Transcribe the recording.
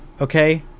Okay